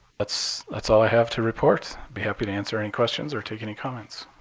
that's that's all i have to report. be happy to answer any questions or take any comments.